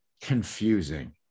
confusing